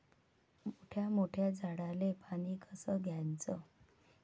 मोठ्या मोठ्या झाडांले पानी कस द्याचं?